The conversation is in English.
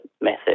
method